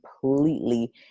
completely